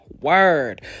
word